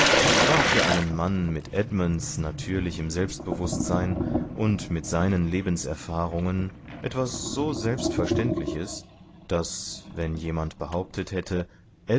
war für einen mann mit edmunds natürlichem selbstbewußtsein und mit seinen lebenserfahrungen etwas so selbstverständliches daß wenn jemand behauptet hätte